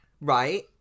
Right